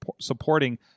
supporting